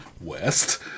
West